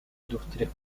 industrias